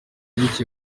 bicye